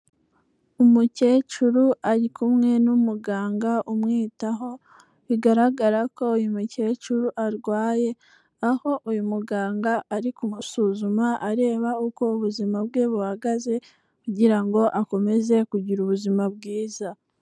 Umukecuru ari kumwe n'umuganga umwitaho, bigaragara ko uyu mukecuru arwaye, aho uyu muganga ari kumusuzuma areba uko ubuzima bwe buhagaze kugira ngo akomeze kugira ubuzima bwiza.